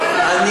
המשמעות?